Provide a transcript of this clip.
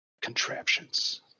contraptions